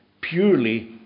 purely